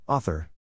Author